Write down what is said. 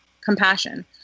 compassion